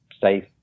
safe